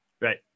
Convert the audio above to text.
Right